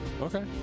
Okay